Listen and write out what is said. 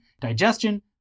digestion